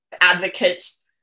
advocates